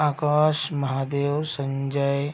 Akash Mahadev Sanjay